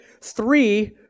three